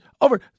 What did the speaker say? Over